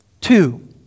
Two